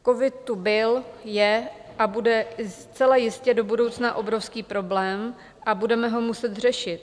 Covid tu byl, je a bude zcela jistě do budoucna obrovský problém a budeme ho muset řešit.